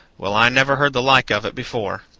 well, i never heard the like of it before.